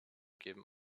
geben